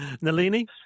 Nalini